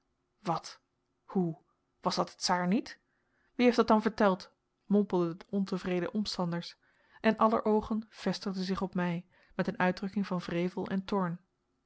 wat hoe was dat de tsaar niet wie heeft dat dan verteld mompelden de ontevredene omstanders en aller oogen vestigden zich op mij met een uitdrukking van wrevel en toorn